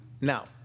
Now